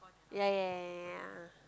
ya ya ya ya ya ya ya